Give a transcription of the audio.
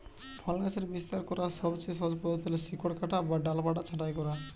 ফল গাছের বিস্তার করার সবচেয়ে সহজ পদ্ধতি হল শিকড় কাটা বা ডালপালা ছাঁটাই করা